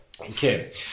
Okay